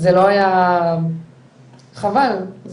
וחבל.